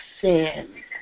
sin